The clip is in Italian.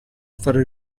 fare